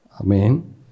Amen